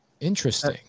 Interesting